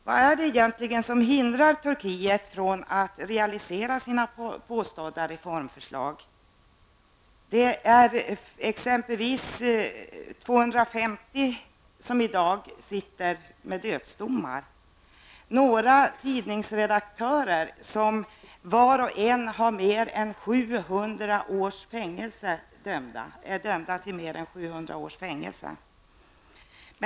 Vad är det egentligen som hindrar Turkiet att realisera sina påstådda reformförslag? 250 personer sitter i dag med dödsdomar. Några tidningsredaktörer är tillsammans dömda till mer än 700 års fängelse.